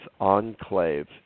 enclave